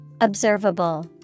Observable